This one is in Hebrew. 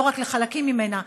לא רק לחלקים ממנה,